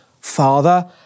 Father